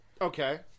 Okay